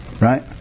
right